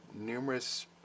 numerous